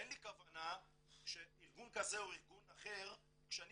אין לי כוונה שארגון כזה או ארגון אחר כשאני